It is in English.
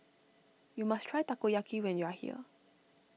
you must try Takoyaki when you are here